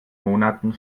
monaten